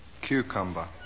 Cucumber